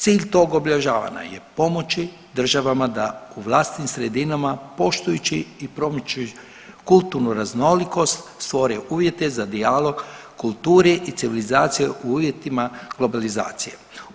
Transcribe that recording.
Cilj tog obilježavanja je pomoći državama da u vlastitim sredinama poštujući i promičući kulturnu raznolikost stvore uvjete za dijalog kulturi i civilizaciji u uvjetima globalizacije.